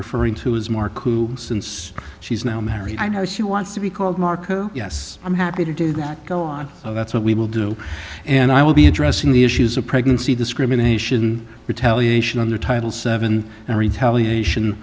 referring to is markku since she's now married i know she wants to be called marca yes i'm happy to do that go on that's what we will do and i will be addressing the issues of pregnancy discrimination retaliate under title seven and retaliation